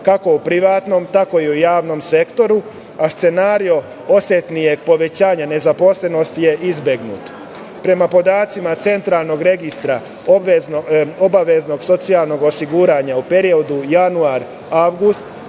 kako u privatnom tako i u javnom sektoru, a scenario osetnijeg povećanja nezaposlenosti je izbegnut. Prema podacima Centralnog registra obaveznog socijalnog osiguranja u periodu januar-avgust,